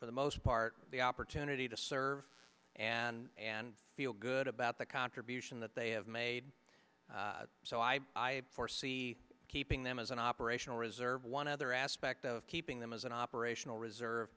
for the most part the opportunity to serve and and feel good about the contribution that they have made so i foresee keeping them as an operational reserve one other aspect of keeping them as an operational reserve